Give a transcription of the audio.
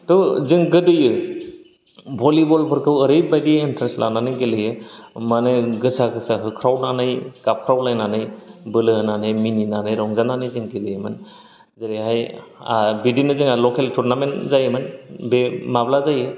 थ जों गोदो बलिबल फोरखौ ओरैबादि एनट्रेस्ट लानानै गेलेयो माने गोसा गोसा होख्रावनानै गाबख्रावलायनानै बोलो होनानै मिनिनानै रंजानानै जों गेलायोमोन जेरैहाय ओ बिदिनो जोंहा लकेल टुरनामेन्ट जायोमोन बे माब्ला जायो